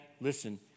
listen